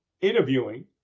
interviewing